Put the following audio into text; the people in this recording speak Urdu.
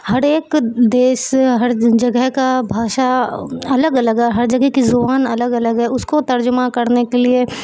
ہر ایک دیش ہر جگہ کا بھاشا الگ الگ ہے ہر جگہ کی زبان الگ الگ ہے اس کو ترجمہ کرنے کے لیے